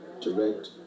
direct